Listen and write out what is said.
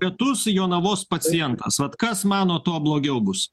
pietus jonavos pacientas vat kas man nuo to blogiau bus